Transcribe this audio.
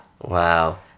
wow